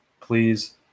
Please